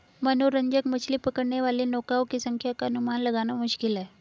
मनोरंजक मछली पकड़ने वाली नौकाओं की संख्या का अनुमान लगाना मुश्किल है